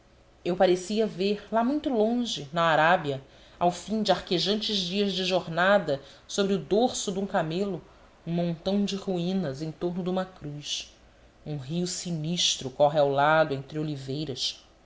eu parecia-me ver lá muito longe na arábia ao fim de arquejantes dias de jornada sobre o dorso de um camelo um montão de ruínas em torno de uma cruz um rio sinistro corre ao lado entre oliveiras